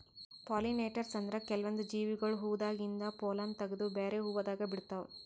pollinators ಅಂದ್ರ ಕೆಲ್ವನ್ದ್ ಜೀವಿಗೊಳ್ ಹೂವಾದಾಗಿಂದ್ ಪೊಲ್ಲನ್ ತಗದು ಬ್ಯಾರೆ ಹೂವಾದಾಗ ಬಿಡ್ತಾವ್